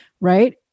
right